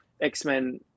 X-Men